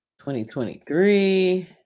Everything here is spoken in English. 2023